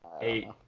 eight